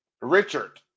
Richard